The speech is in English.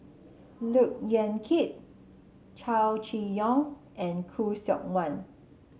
Look Yan Kit Chow Chee Yong and Khoo Seok Wan